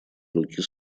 руки